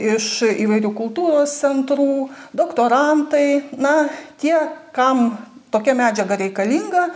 iš įvairių kultūros centrų doktorantai na tie kam tokia medžiaga reikalinga